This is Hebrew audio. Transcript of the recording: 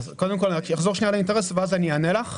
אני אחזור על האינטרס ואז אני אענה לך.